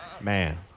Man